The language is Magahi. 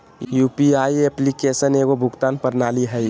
यू.पी.आई एप्लिकेशन एगो भुगतान प्रणाली हइ